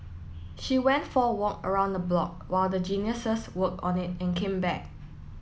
she went for walk around the block what the Geniuses worked on it and came back